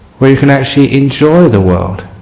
we can actually enjoy the world.